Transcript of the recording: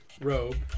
robe